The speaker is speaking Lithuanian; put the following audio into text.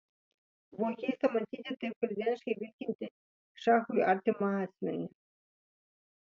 buvo keista matyti taip kasdieniškai vilkintį šachui artimą asmenį